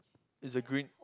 it's a green